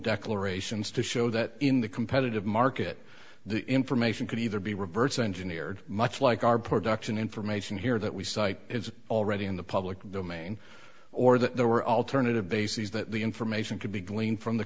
declarations to show that in the competitive market the information could either be reverse engineered much like our production information here that we cite is already in the public domain or that there were alternative bases that the information could be gleaned from the